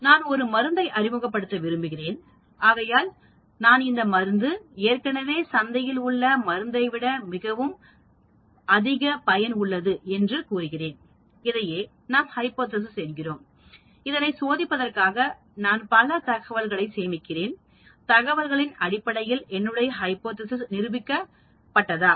நான ஒரு மருந்தை அறிமுகப்படுத்த விரும்புகிறேன் ஆகையால் நான் இந்த மருந்து ஏற்கனவே சந்தையில் உள்ள மருந்தைவிட அதிகமாக மிகவும் அதிக பயன் உள்ளது என்று கூறுகிறேன் இதையே நாம் ஹைபோதேசிஸ் என்கிறோம் இதனை சோதிப்பதற்காக நான் பல தகவல்களை சேமிக்கிறேன் தகவல்களின் அடிப்படையில் என்னுடைய ஹைபோதேசிஸ்நிரூபிக்க நிரூபிக்கப்பட்டதா